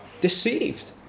deceived